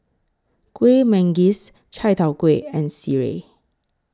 Kuih Manggis Chai Tow Kway and Sireh